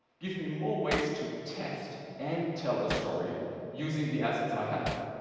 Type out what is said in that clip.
give me more ways to test and tell a story using the assets i have.